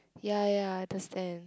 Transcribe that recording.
ya ya understand